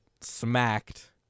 smacked